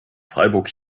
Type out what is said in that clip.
freiburg